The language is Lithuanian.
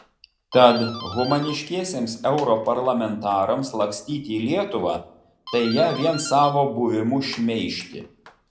tad humaniškiesiems europarlamentarams lakstyti į lietuvą tai ją vien savo buvimu šmeižti